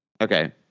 Okay